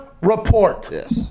report